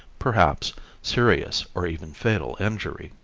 perhaps, serious or even fatal injury.